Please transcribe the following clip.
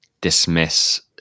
dismiss